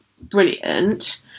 brilliant